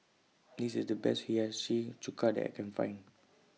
This IS The Best Hiyashi Chuka that I Can Find